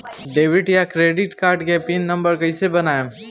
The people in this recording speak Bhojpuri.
डेबिट या क्रेडिट कार्ड मे पिन नंबर कैसे बनाएम?